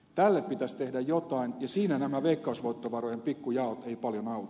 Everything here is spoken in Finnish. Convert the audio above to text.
tälle pitäisi tehdä jotain ja siinä nämä veikkausvoittovarojen pikku jaot eivät paljon auta